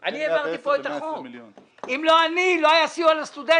אני אשלים את המשפט.